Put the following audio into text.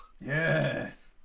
Yes